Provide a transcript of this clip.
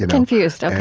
confused. ok,